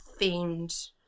themed